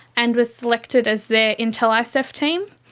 and was selected as their intel isef team.